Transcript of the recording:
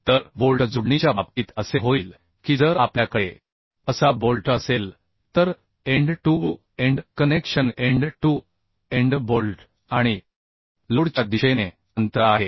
तर बोल्ट जोडणीच्या बाबतीत असे होईल की जर आपल्याकडे असा बोल्ट असेल तर end to end connection end to end bolt आणि लोडच्या दिशेने अंतर आहे